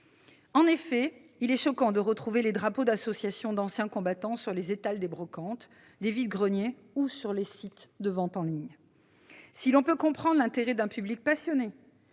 En effet, il est choquant de retrouver les drapeaux d'associations d'anciens combattants sur les étals des brocantes et des vide-greniers ou sur les sites de vente en ligne. Si l'on peut comprendre l'intérêt d'un public passionné